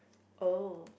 oh